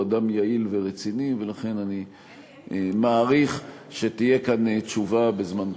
הוא אדם יעיל ורציני ולכן אני מעריך שתהיה כאן תשובה בזמן קצר.